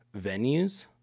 venues